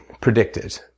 predicted